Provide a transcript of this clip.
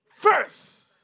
first